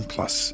Plus